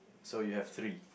so you have three